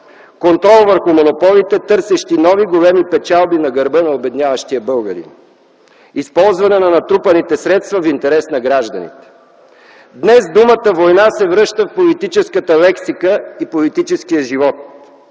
контрол върху монополите, търсещи нови големи печалби на гърба на обедняващия българин; използване на натрупаните средства в интерес на гражданите. Днес думата „война” се връща в политическата лексика и политическия живот.